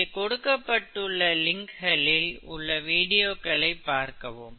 இங்கே கொடுக்கப்பட்டுள்ள லிங்க் களில் உள்ள வீடியோக்களை பார்க்கவும்